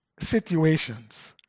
situations